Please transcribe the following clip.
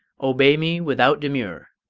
obey me without demur,